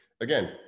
again